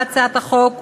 הממשלה תומכת בהצעת החוק,